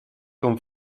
com